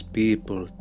people